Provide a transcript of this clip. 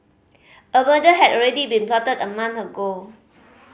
a murder had already been plotted a month ago